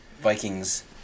Vikings